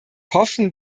hoffen